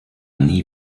nie